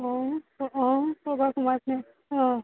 অঁ অঁ অঁ